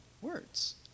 words